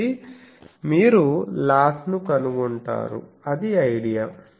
కాబట్టి మీరు లాస్ ను కనుగొంటారు అది ఐడియా